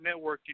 networking